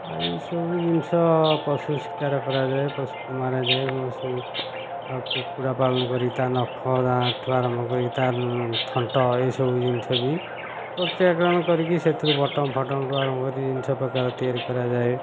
ଆଉ ଏଇସବୁ ଜିନିଷ ପଶୁ ଶିକାର କରାଯାଏ ପଶୁକୁ ମରାଯାଏ ସବୁ ଆଉ କୁକୁଡ଼ା ପାଳନ କରି ତା ନଖଠୁ ଆରମ୍ଭ କରିକି ତା ଥଣ୍ଟ ଏହିସବୁ ଜିନିଷ ବି ପ୍ରକ୍ରିୟା କରଣ କରିକି ସେଥିରୁ ବଟମ ଫଟମଠୁ ଆରମ୍ଭ କରିକି ଜିନିଷ ପ୍ରକାର ତିଆରି କରାଯାଏ